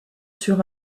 sur